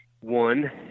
one